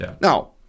Now